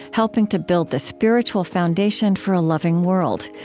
helping to build the spiritual foundation for a loving world.